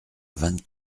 vingt